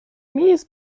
میز